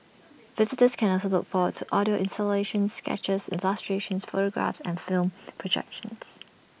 visitors can also look forward to audio installations sketches illustrations photographs and film projections